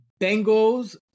Bengals